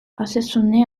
assaisonner